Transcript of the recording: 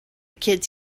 kids